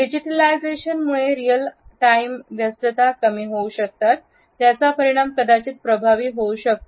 डिजिटलायझेशनमुळे real time व्यस्तता कमी होऊ शकतात ज्याचा परिणाम कदाचित प्रभावित होऊ शकतो